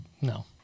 No